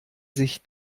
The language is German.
sich